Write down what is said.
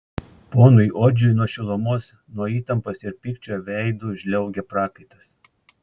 ponui odžiui nuo šilumos nuo įtampos ir pykčio veidu žliaugė prakaitas